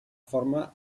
forma